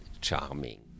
charming